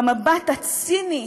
במבט הציני,